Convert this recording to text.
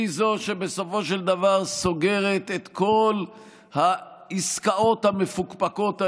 היא זו שבסופו של דבר סוגרת את כל העסקאות המפוקפקות האלה,